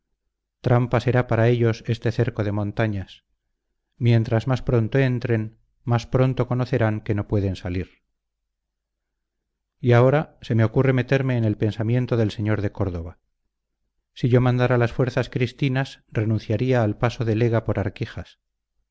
trampa será para ellos este cerco de montañas mientras más pronto entren más pronto conocerán que no pueden salir y ahora se me ocurre meterme en el pensamiento del sr de córdoba si yo mandara las fuerzas cristinas renunciaría al paso del ega por arquijas